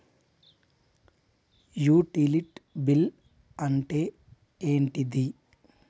Utility bill అంటే ఏంటిది?